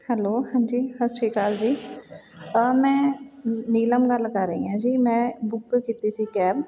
hello ਹਾਂਜੀ ਸਤਿ ਸ਼੍ਰੀ ਅਕਾਲ ਜੀ ਮੈਂ ਨੀਲਮ ਗੱਲ ਕਰ ਰਹੀ ਹਾਂ ਜੀ ਮੈਂ ਬੁੱਕ ਕੀਤੀ ਸੀ ਕੈਬ